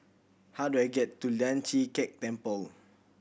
how do I get to Lian Chee Kek Temple